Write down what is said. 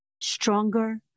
stronger